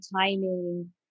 timing